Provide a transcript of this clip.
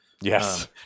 Yes